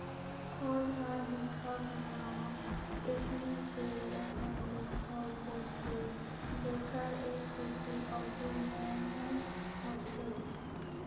खोल ह दिखब म टेकनी के असन दिखउल देथे, जेखर एक पूछी अउ दू मुहूँ होथे